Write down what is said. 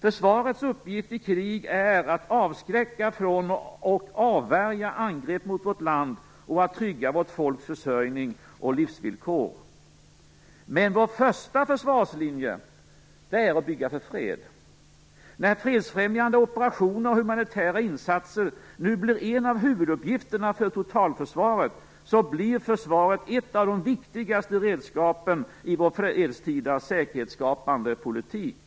Försvarets uppgift i krig är att avskräcka från och avvärja angrepp mot vårt land och att trygga vårt folks försörjning och livsvillkor. Men vår första försvarslinje är att bygga för fred. När fredsfrämjande operationer och humanitära insatser nu blir en av huvuduppgifterna för totalförsvaret, så blir försvaret ett av de viktigaste redskapen i vårt fredstida säkerhetsskapande politik.